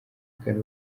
ugana